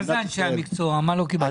גיא, בבקשה תסביר לוועדה מה הבקשה